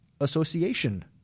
Association